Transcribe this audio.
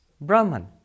Brahman